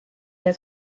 der